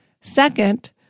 Second